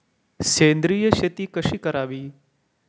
सेंद्रिय शेती कशी करावी?